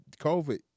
COVID